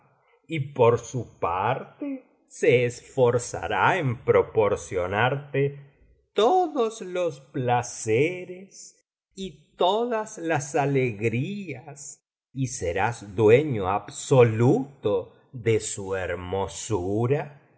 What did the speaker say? y por su parte se esforzará en proporcionarte todos los placeres y todas las alegrías y serás dueño absoluto dé su hermosura